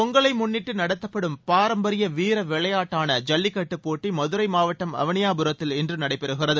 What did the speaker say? பொங்கலை முன்னிட்டு நடத்தப்படும் பாரம்பரிய வீர விளையாட்டான ஜல்லிக்கட்டு போட்டி மதுரை மாவட்டம் அவனியாபுரத்தில் இன்று நடைபெறுகிறது